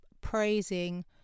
praising